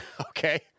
Okay